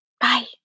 Bye